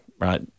right